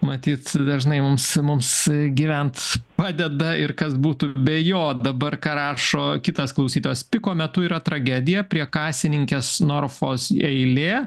matyt dažnai mums mums gyvent padeda ir kas būtų be jo dabar ką rašo kitas klausytojas piko metu yra tragedija prie kasininkės norfos eilė